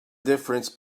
difference